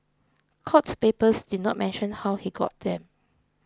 court papers did not mention how he got them